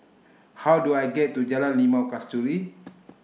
How Do I get to Jalan Limau Kasturi